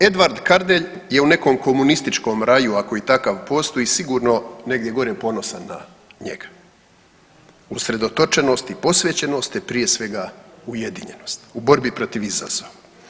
Edvard Kardelj je u nekom komunističkom raju ako i takav postoji sigurno negdje ponosan na njega, usredotočenost i posvećenost, te prije svega ujedinjenost u borbi protiv izazova.